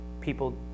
People